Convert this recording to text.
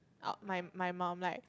out~ my my mum like